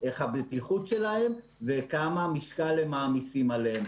איך הבטיחות שלהם וכמה משקל הם מעמיסים עליהם.